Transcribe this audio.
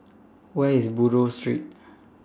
Where IS Buroh Street